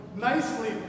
nicely